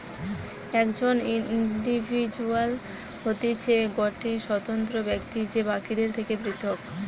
একজন ইন্ডিভিজুয়াল হতিছে গটে স্বতন্ত্র ব্যক্তি যে বাকিদের থেকে পৃথক